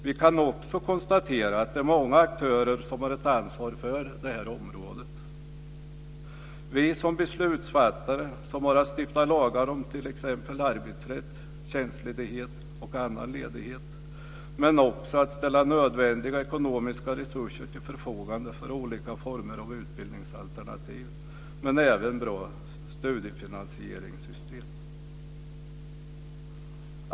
Vi kan också konstatera att det är många aktörer som har ett ansvar för det här området. Vi som beslutsfattare har att stifta lagar om t.ex. arbetsrätt, tjänstledighet och annan ledighet men också att ställa nödvändiga ekonomiska resurser till förfogande för olika former av utbildningsalternativ och även bra studiefinansieringssystem.